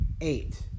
eight